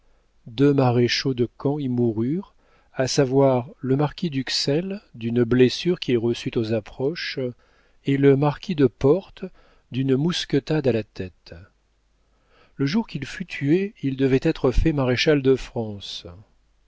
deux maréchaux de camp y moururent à savoir le marquis d'uxelles d'une blessure qu'il reçut aux approches et le marquis de portes d'une mousquetade à la tête le jour qu'il fut tué il devait être fait maréchal de france